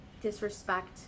disrespect